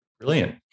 Brilliant